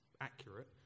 accurate